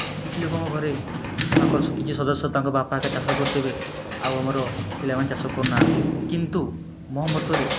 କିଛି ଲୋକଙ୍କ ଘରେ ତାଙ୍କର କିଛି ସଦସ୍ୟ ତାଙ୍କର ବାପା କା ଚାଷ କରୁଥିବେ ଆଉ ଆମର ପିଲା ମାନେ ଚାଷ କରୁନାହାଁନ୍ତି କିନ୍ତୁ ମୋ ମତରେ